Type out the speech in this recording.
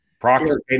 Proctor